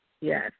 Yes